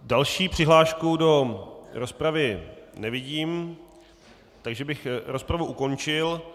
Další přihlášku do rozpravy nevidím, takže bych rozpravu ukončil.